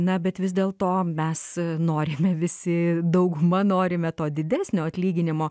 na bet vis dėl to mes norime visi dauguma norime to didesnio atlyginimo